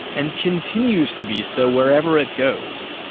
and continues to be so wherever it goes.